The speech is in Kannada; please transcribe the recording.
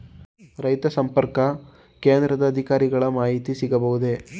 ರೈತ ಸಂಪರ್ಕ ಕೇಂದ್ರದ ಅಧಿಕಾರಿಗಳ ಮಾಹಿತಿ ಸಿಗಬಹುದೇ?